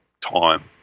time